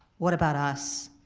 what about us?